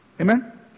Amen